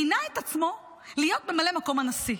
מינה את עצמו להיות ממלא מקום הנשיא.